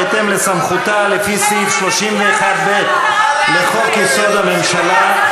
בהתאם לסמכותה לפי סעיף 31(ב) לחוק-יסוד: הממשלה,